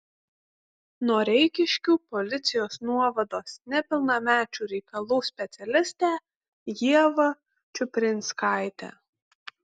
noreikiškių policijos nuovados nepilnamečių reikalų specialistę ievą čiuprinskaitę